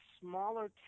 smaller